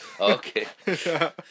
Okay